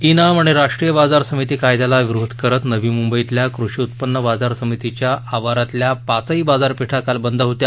E NAM आणि राष्ट्रीय बाजार समिती कायदयाला विरोध करत नवी मुंबईतल्या कृषी उत्पन्न बाजार समितीच्या आवारातल्या पाचही बाजारपेठा काल बंद होत्या